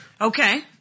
Okay